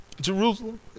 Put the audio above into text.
Jerusalem